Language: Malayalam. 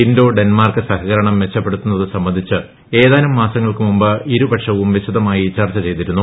ഇന്തോ ഡെൻമാർക്ക് സഹകരണം മെച്ചപ്പെടുത്തുന്നത് സംബന്ധിച്ച് ഏതാനും മാസങ്ങൾക്ക് മുമ്പ് ഇരുപക്ഷവും വിശദമായി ചർച്ച ചെയ്തിരുന്നു